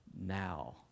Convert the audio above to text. now